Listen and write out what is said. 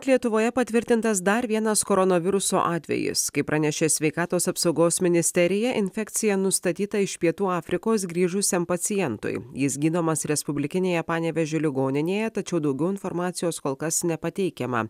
lietuvoje patvirtintas dar vienas koronaviruso atvejis kaip pranešė sveikatos apsaugos ministerija infekcija nustatyta iš pietų afrikos grįžusiam pacientui jis gydomas respublikinėje panevėžio ligoninėje tačiau daugiau informacijos kol kas nepateikiama